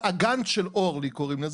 ריכוז מידע,